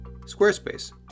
Squarespace